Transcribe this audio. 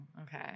Okay